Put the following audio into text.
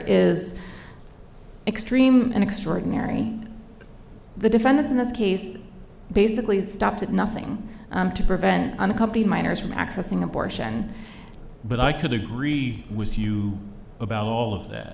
is extreme and extraordinary the defendants in this case basically stopped at nothing to prevent unaccompanied minors from accessing abortion but i could agree with you about all of that